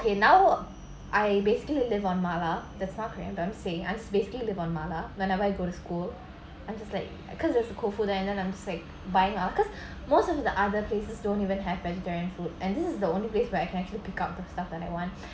okay now I basically live on mala that's not korean but I'm saying I basically live on mala whenever I go to school I'm just like because you have the cold food then I'm like sick buying lah cause most of the other places don't even have vegetarian food and this is the only place where I can actually pick up the stuff that I want